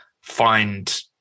find